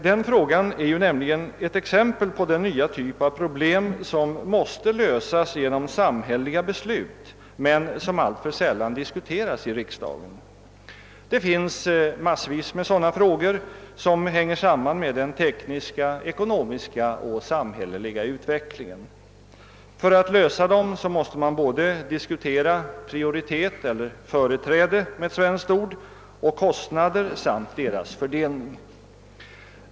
Den frågan är ett exempel på den nya typ av problem som måste lösas genom samhälleliga beslut men som alltför sällan diskuteras i riksdagen. Det finns massvis med sådana frågor som hänger samman med den tekniska, ekonomiska och samhälleliga utvecklingen. För att lösa dem måste man diskutera både prioritet — eller företräde, med ett svenskt ord — och kostnader samt deras fördelning.